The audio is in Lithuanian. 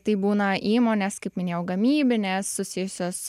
tai būna įmonės kaip minėjau gamybinės susijusios